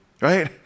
right